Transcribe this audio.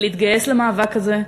להתגייס למאבק הזה,